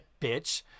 bitch